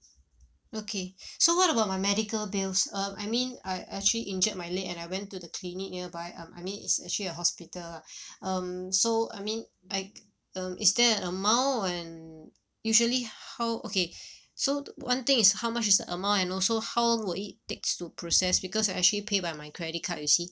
okay so what about my medical bills um I mean I actually injured my leg and I went to the clinic nearby um I mean it's actually a hospital lah um so I mean I um is there an amount when usually how okay so one thing is how much is the amount and also how will it takes to process because I actually pay by my credit card you see